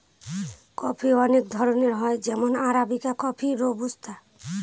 coffee অনেক ধরনের হয় যেমন আরাবিকা কফি, রোবুস্তা